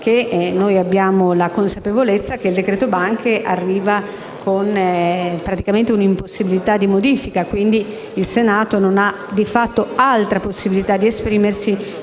noi abbiamo la consapevolezza che quel provvedimento arriva praticamente con un'impossibilità di modifica, quindi il Senato non ha, di fatto, altra possibilità di esprimersi